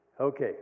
Okay